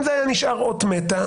אם זה היה נשאר אות מתה,